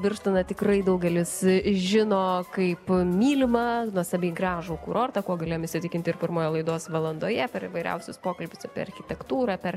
birštoną tikrai daugelis žino kaip mylimą nuostabiai gražų kurortą kuo galėjom įsitikinti ir pirmoje laidos valandoje per įvairiausius pokalbius apie architektūrą per